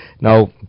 Now